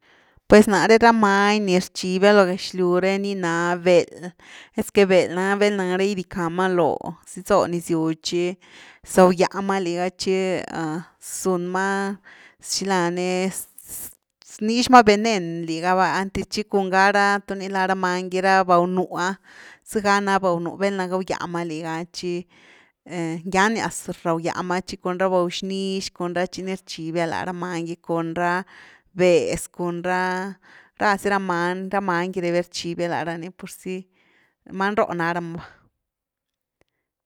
Pues nare ra many ni rchibia lo gexlyw re ni na beld, esque beld na velna gidicka ma loo zitzo nezgyw tchi, zawgya ma liga tchi zun ma xila ni znix mavenen liga va, einty tchi cun ga ra tuni lara many gy, ra bawnúh ah, zega na bawnuh, velna gawgya ma liga tchi ngyaniaz rawgya ma, tchi cun ra baw-nix, cun ra tchi ni rchibia la ra many gy cun ra béehz, cun ra, ra zy ra many ra many gy rebia rchibia lá rani purzy many róh ná rama vá.